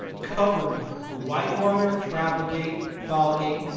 covering the whitewater, travelgate, filegate,